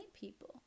people